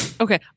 Okay